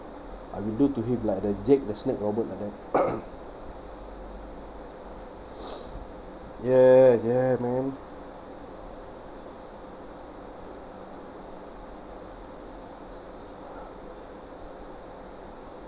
I will do to him like the jake the snake roberts yes yes man